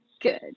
Good